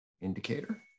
Indicator